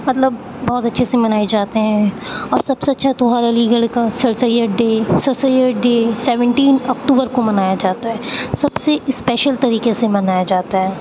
مطلب بہت اچھے سے منائے جاتے ہیں اور سب سے اچھا تہوار علی گڑھ کا sir Syed day sir Syed day seventeen October کو منایا جاتا ہے سب سے اسپیشل طریقے سے منایا جاتا ہے